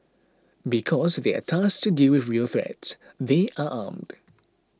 because they are tasked to deal with real threats they are armed